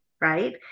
right